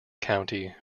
county